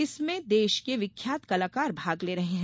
इसमें देष की विख्यात कलाकार भाग ले रहे है